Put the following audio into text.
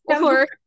or-